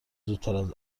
زودتر